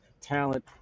talent